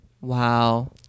Wow